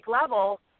level